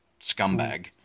scumbag